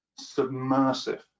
submersive